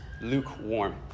lukewarm